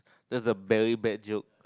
that's a very bad joke